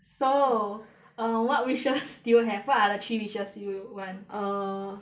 so uh what wishes do you have what are the three wishes you want err